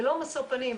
ללא משוא פנים.